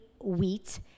wheat